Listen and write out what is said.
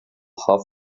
half